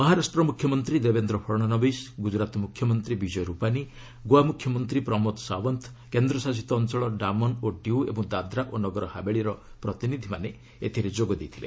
ମହାରାଷ୍ଟ୍ର ମୁଖ୍ୟମନ୍ତ୍ରୀ ଦେବେନ୍ଦ୍ର ଫଡ଼ଣବିଶ୍ ଗୁଜରାତ ମୁଖ୍ୟମନ୍ତ୍ରୀ ବିଜୟ ରୁପାନୀ ଗୋଆ ମୁଖ୍ୟମନ୍ତ୍ରୀ ପ୍ରମୋଦ ସାଓ୍ୱନ୍ତ କେନ୍ଦ୍ରଶାସିତ ଅଞ୍ଚଳ ଡାମନ ଓ ଡିୟୁ ଏବଂ ଦାଦ୍ରା ଓ ନଗରହାବେଳୀର ପ୍ରତିନିଧିମାନେ ଏଥିରେ ଯୋଗଦେଇଥିଲେ